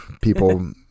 People